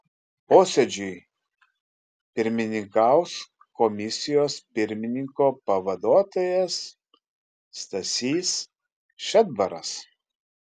posėdžiui pirmininkaus komisijos pirmininko pavaduotojas stasys šedbaras